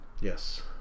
Yes